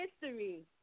history